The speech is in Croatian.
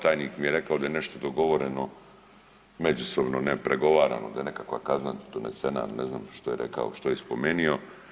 Tajnik mi je rekao da je nešto dogovoreno međusobno, ne pregovarano da je nekakva kazna donesena, ne znam što je rekao što je spomenio.